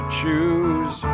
choose